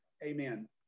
Amen